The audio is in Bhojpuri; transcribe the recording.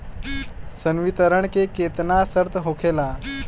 संवितरण के केतना शर्त होखेला?